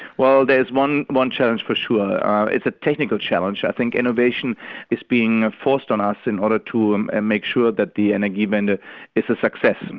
well, there's one one challenge for sure it's a technical challenge. i think innovation is being forced on us in order to and and make sure that the energiewende is a success. and